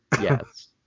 yes